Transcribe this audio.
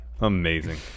Amazing